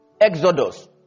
Exodus